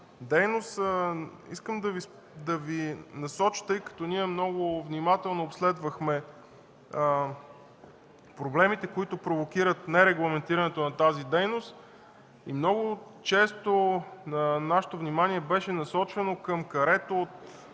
дейност. Искам да Ви насоча, тъй като ние много внимателно обследвахме проблемите, които провокират нерегламентирането на тази дейност, много често нашето внимание беше насочвано към карето от